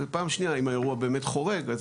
ופעם שנייה אם האירוע באמת חורג אז